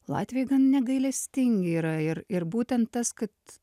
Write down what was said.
latviai gan negailestingi yra ir ir būtent tas kad